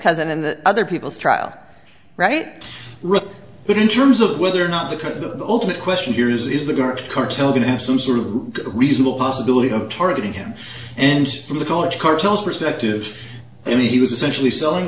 cousin and other people's trial right but in terms of whether or not because the ultimate question here is is the dark cartel going to have some sort of reasonable possibility of targeting him and from the college cartels perspective i mean he was essentially selling